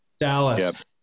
Dallas